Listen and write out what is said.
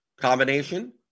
combination